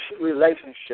relationship